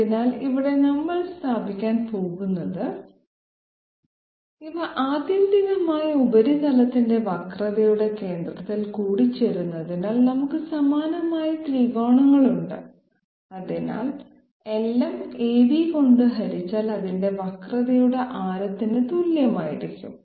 അതിനാൽ നമ്മൾ ഇവിടെ നിന്ന് സ്ഥാപിക്കാൻ പോകുന്നത് ഇവ ആത്യന്തികമായി ഉപരിതലത്തിന്റെ വക്രതയുടെ കേന്ദ്രത്തിൽ കൂടിച്ചേരുന്നതിനാൽ നമുക്ക് സമാനമായ ത്രികോണങ്ങളുണ്ട് അതിൽ LM AB കൊണ്ട് ഹരിച്ചാൽ അതിന്റെ വക്രതയുടെ ആരത്തിന് തുല്യമായിരിക്കും